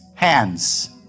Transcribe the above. hands